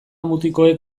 mutikoek